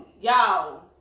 Y'all